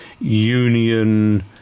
union